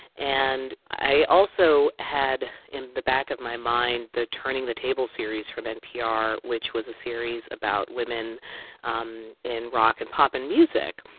and i also had in the back of my mind the turning the table series from npr, which was a series about women um in rock and pop and music.